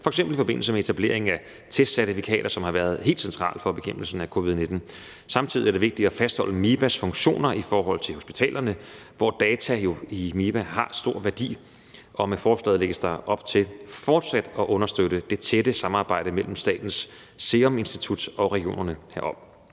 f.eks. i forbindelse med etablering af testcertifikater, som har været helt centralt for bekæmpelsen af covid-19. Samtidig er det vigtigt at fastholde MiBa's funktioner i forhold til hospitalerne, hvor data i MiBa jo har stor værdi. Med forslaget lægges der op til fortsat at understøtte det tætte samarbejde mellem Statens Serum Institut og regionerne herom.